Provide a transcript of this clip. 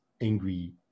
angry